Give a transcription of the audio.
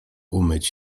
umyć